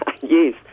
Yes